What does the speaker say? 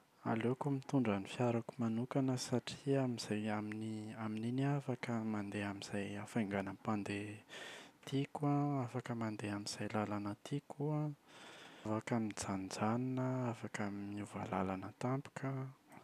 Aleoko mitondra ny fiarako manokana satria amin’izay- amin’ny- amin’iny aho afaka mandeha hafainganam-pandeha tiako an, afaka mandeha amin’izay lalana tiako an, afaka mijanonjanona an, afaka miova lalana tampoka an.